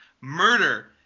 Murder